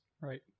Right